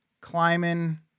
climbing